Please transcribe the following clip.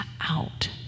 out